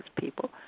people